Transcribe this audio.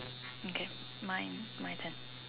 okay mine my turn